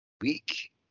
week